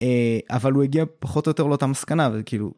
אבל הוא הגיע פחות או יותר לאותה מסקנה וכאילו.